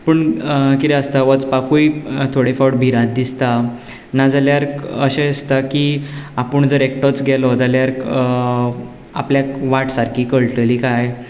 पूण किदें आसता वचपाकूय थोडे फावट भिरांत दिसता नाजाल्यार अशें आसता की आपूण जर एकटोच गेलो जाल्यार आपल्याक वाट सारकी कळटली काय